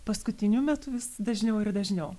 paskutiniu metu vis dažniau ir dažniau